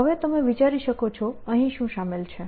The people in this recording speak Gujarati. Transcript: હવે તમે વિચારી શકો છો અહીં શું શામેલ છે